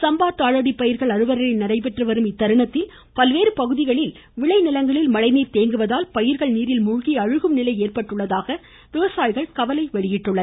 சம்பா தாளடி பயிர்கள் அறுவடை நடைபெற்றுவரும் இத்தருணத்தில் பல்வேறு பகுதிகளில் விளைநிலங்களில் மழைநீர் தேங்குவதால் பயிர்கள் நீரில் மூழ்கி அழுகும்நிலை ஏற்பட்டுள்ளதாக விவசாயிகள் கவலை தெரிவித்துள்ளனர்